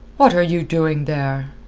what are you doing there?